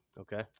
Okay